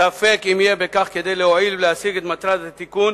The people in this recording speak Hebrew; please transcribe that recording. ספק אם יהיה בכך כדי להועיל ולהשיג את מטרת התיקון,